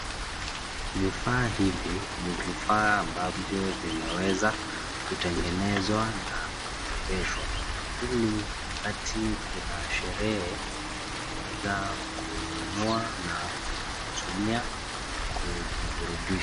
Vifaa hivi ni vifaa ambavyo vinaweza kutengenezwa na kurembeshwa ili wakati kuna sherehe unaweza kuinunua na kutumia kujiburudisha.